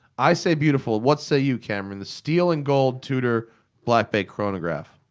i say beautiful what say you, cameron? the steel and gold tudor black bay chronograph.